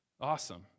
Awesome